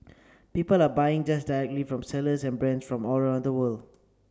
people are buying just from sellers and brands from all around the world